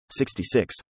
66